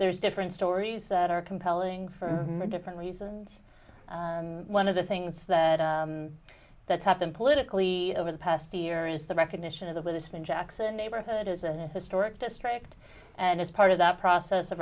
there's different stories that are compelling for different reasons one of the things that that's happened politically over the past year is the recognition of that with us from jackson neighborhood is an historic district and as part of that process of